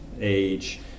age